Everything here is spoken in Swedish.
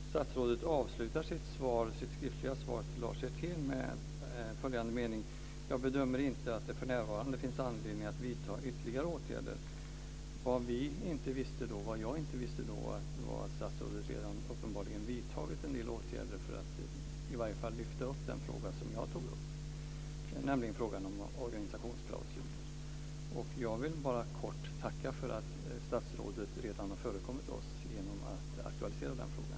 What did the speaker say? Fru talman! Statsrådet avslutar sitt skriftliga svar till Lars Hjertén med följande mening: "Jag bedömer inte att det för närvarande finns anledning att vidta ytterligare åtgärder." Vad jag inte visste var att statsrådet uppenbarligen redan vidtagit en del åtgärder för att i alla fall lyfta fram den fråga som jag tog upp, nämligen frågan om organisationsklausuler. Jag vill bara kort tacka för att statsrådet redan har förekommit oss genom att aktualisera den frågan.